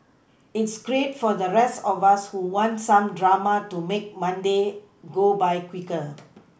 it's great for the rest of us who want some drama to make Monday go by quicker